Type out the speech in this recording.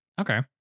Okay